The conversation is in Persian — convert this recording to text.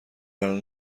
الان